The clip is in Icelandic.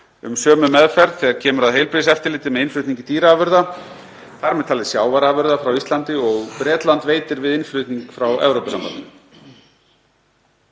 um sömu meðferð þegar kemur að heilbrigðiseftirliti með innflutningi dýraafurða, þar með talið sjávarafurða frá Íslandi, og Bretland veitir við innflutning frá Evrópusambandinu.